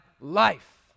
life